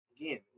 again